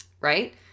right